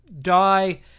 die